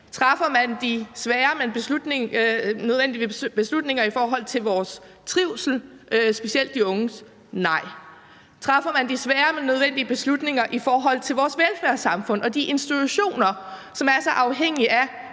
Træffer man de svære, men nødvendige beslutninger i forhold til vores trivsel, specielt de unges? Nej. Træffer man de svære, men nødvendige beslutninger i forhold til vores velfærdssamfund og de institutioner, som er så afhængige af